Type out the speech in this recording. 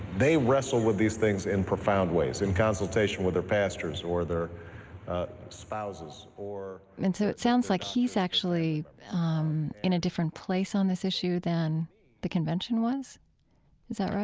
wrestle with these things in profound ways, in consultation with their pastors or their spouses or, and so it sounds like he's actually um in a different place on this issue than the convention was? is that right?